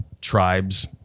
tribes